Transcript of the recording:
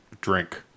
drink